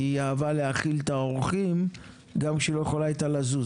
כי היא אהבה להאכיל את האורחים גם כשהיא לא הייתה יכולה לזוז.